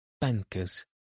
bankers